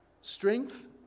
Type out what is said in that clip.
Strength